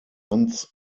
once